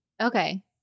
Okay